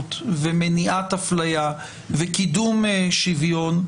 גזענות ומניעת הפליה וקידום שוויון,